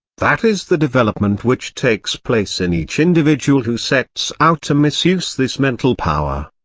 that is the development which takes place in each individual who sets out to misuse this mental power.